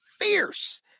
fierce